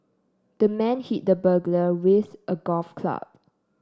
the man hit the burglar with a golf club